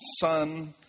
Son